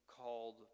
called